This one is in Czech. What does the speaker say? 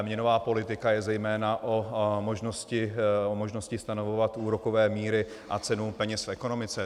Měnová politika je zejména o možnosti stanovovat úrokové míry a cenu peněz v ekonomice.